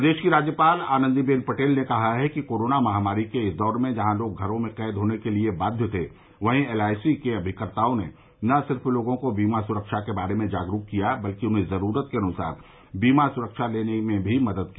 प्रदेश की राज्यपाल आनंदीबेन पटेल ने कहा है कि कोरोना महामारी के इस दौर में जहां लोग घरों में कैद होने के लिए बाध्य थे वहीं एलआईसी के अभिकर्ताओं ने न सिर्फ लोगों को बीमा सुरक्षा के बारे में जागरूक किया बल्कि उन्हें ज़रूरत के अनुसार बीमा सुरक्षा लेने में भी मदद की